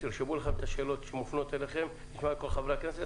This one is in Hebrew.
תרשמו לכם את השאלות שמופנות אליכם מכלל חברי הכנסת.